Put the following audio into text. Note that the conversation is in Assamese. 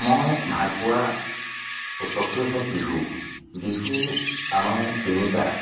মই ভালপোৱা উৎসৱটোৱে হ'ল বিহু বিহু আমাৰ তিনিটা